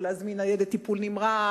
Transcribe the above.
או להזמין ניידת טיפול נמרץ,